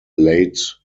late